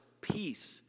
peace